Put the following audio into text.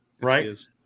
right